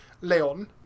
Leon